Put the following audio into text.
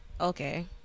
Okay